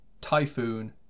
Typhoon